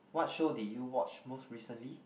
what show did you watch most recently